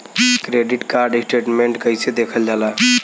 Credit card statement कइसे देखल जाला?